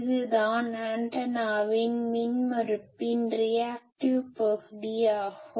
இதுதான் ஆண்டனாவின் மின்மறுப்பின் ரியாக்டிவ் பகுதி ஆகும்